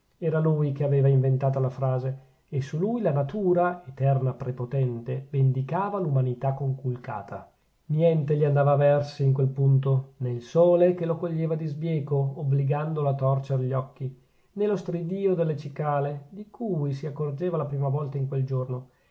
era lui che aveva inventata la frase e su lui la natura eterna prepotente vendicava l'umanità conculcata niente gli andava a versi in quel punto nè il sole che lo coglieva di sbieco obbligandolo a torcer gli occhi nè lo stridìo delle cicale di cui si accorgeva la prima volta in quel giorno